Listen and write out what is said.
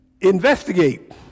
investigate